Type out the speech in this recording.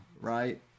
Right